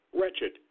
Wretched